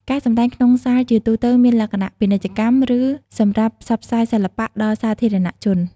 ការសម្តែងក្នុងសាលជាទូទៅមានលក្ខណៈពាណិជ្ជកម្ម ឬសម្រាប់ផ្សព្វផ្សាយសិល្បៈដល់សាធារណជន។